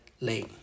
Late